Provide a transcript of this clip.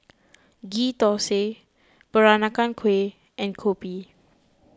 Ghee Thosai Peranakan Kueh and Kopi